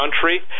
country